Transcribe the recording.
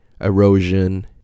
erosion